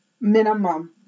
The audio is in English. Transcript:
Minimum